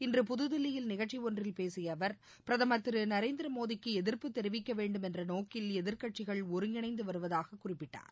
இன்று புதுதில்லியில் நிகழ்ச்சி ஒன்றில பேசிய அவர் பிரதமர் திரு நரேந்திரமோடிக்கு எதிர்ப்பு தெரிவிக்க வேண்டும் என்ற நோக்கில் எதிர்க்கட்சிகள் ஒருங்கிணைந்து வருவதாக குறிப்பிட்டார்